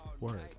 Word